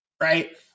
right